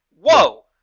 Whoa